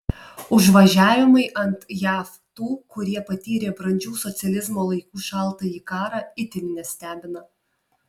užvažiavimai ant jav tų kurie patyrė brandžių socializmo laikų šaltąjį karą itin nestebina